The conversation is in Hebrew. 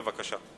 בבקשה.